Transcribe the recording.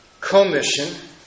Commission